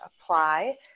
apply